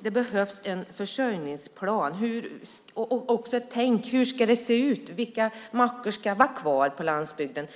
Det behövs en försörjningsplan och ett tänk när det gäller hur många mackar som ska vara kvar på landsbygden.